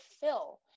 fill